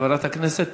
חברת הכנסת